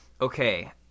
Okay